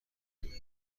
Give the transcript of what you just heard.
دنیا